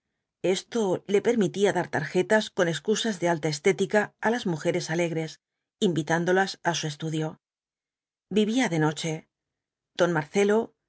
esto le permitía dar tarjetas con excusas de alta estética á las mujeres alegres invitándolas á su estudio vivía de noche don marcelo